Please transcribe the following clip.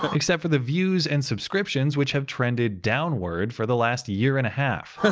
but except for the views and subscriptions, which have trended downward for the last year and a half.